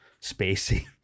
Spacey